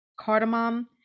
cardamom